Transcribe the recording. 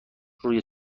روی